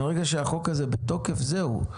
מרגע שהחוק הזה בתוקף - זהו,